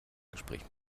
gespräch